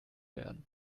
werden